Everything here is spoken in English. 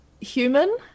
human